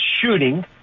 shooting